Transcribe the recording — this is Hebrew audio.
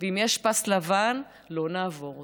ואם יש פס לבן, לא נעבור אותו,